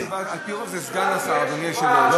על-פי רוב זה סגן השר, אדוני היושב-ראש.